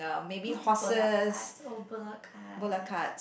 what's ballot card oh ballot cards